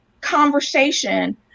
conversation